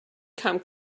come